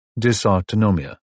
dysautonomia